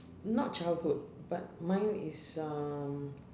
not childhood but mine is um